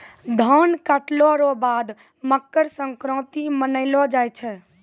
धान काटला रो बाद मकरसंक्रान्ती मानैलो जाय छै